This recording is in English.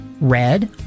Red